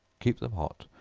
keep them hot,